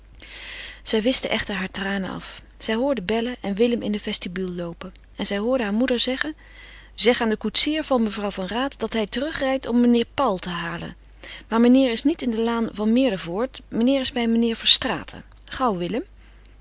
zij wischte echter hare tranen af zij hoorde bellen en willem in de vestibule loopen en ze hoorde hare moeder zeggen zeg aan den koetsier van mevrouw van raat dat hij terug rijdt om meneer paul te halen maar meneer is niet in de laan van meerdervoort meneer is bij meneer verstraeten gauw willem